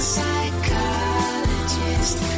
Psychologist